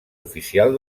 oficial